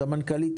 המנכ"לית,